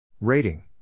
Rating